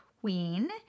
Queen